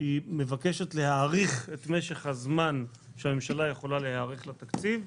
היא מבקשת להאריך את משך הזמן שהממשלה יכולה להיערך לתקציב,